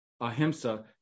Ahimsa